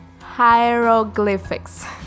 hieroglyphics